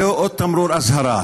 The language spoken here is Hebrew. זהו עוד תמרור אזהרה,